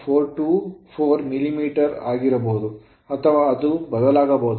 424 millimetre ಆಗಿರಬಹುದು ಅಥವಾ ಅದು ಬದಲಾಗಬಹುದು